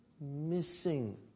missing